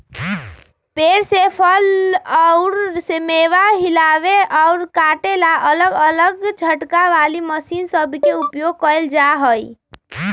पेड़ से फल अउर मेवा हिलावे अउर काटे ला अलग अलग झटका वाली मशीन सब के उपयोग कईल जाई छई